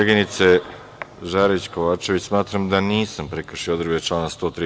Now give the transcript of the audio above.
Koleginice Žarić Kovačević, smatram da nisam prekršio odredbe člana 103.